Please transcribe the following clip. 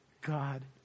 God